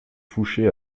fouché